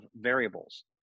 variables